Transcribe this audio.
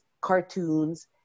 cartoons